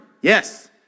Yes